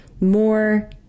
more